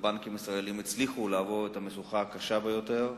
והבנקים הישראליים הצליחו לעבור את המשוכה הקשה ביותר,